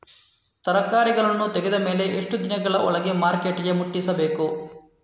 ತರಕಾರಿಗಳನ್ನು ತೆಗೆದ ಮೇಲೆ ಎಷ್ಟು ದಿನಗಳ ಒಳಗೆ ಮಾರ್ಕೆಟಿಗೆ ಮುಟ್ಟಿಸಬೇಕು?